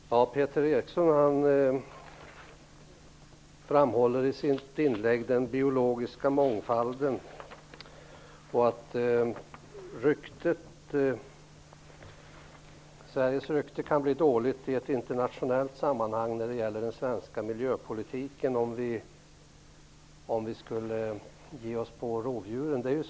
Herr talman! Peter Eriksson framhåller i sitt inlägg den biologiska mångfalden och att Sveriges rykte kan bli dåligt i ett internationellt sammanhang när det gäller den svenska miljöpolitiken om vi skulle ge oss på rovdjuren.